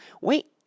Wait